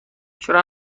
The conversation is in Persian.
چرا